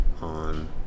on